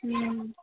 হুম